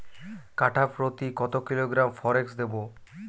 কাঠাপ্রতি কত কিলোগ্রাম ফরেক্স দেবো?